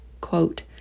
quote